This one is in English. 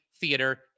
theater